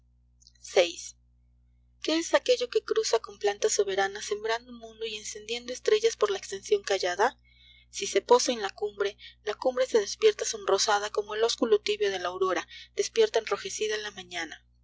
qué es aquello que cruza con planta soberana sembrando mundos y encendiendo estrellas por la estension callada si se posa en la cumbre la cumbre se despierta sonrosada como al ósculo tibio de la aurora despierta enrojecida la manana